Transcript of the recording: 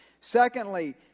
Secondly